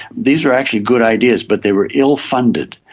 these were actually good ideas but they were ill-funded,